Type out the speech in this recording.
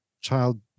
child